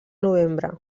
novembre